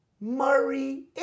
Murray